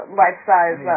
life-size